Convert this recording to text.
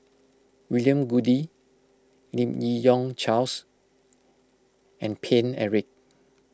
William Goode Lim Yi Yong Charles and Paine Eric